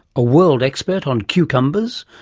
a world expert on cucumbers,